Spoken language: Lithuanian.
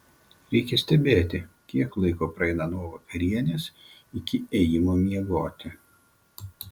reikia stebėti kiek laiko praeina nuo vakarienės iki ėjimo miegoti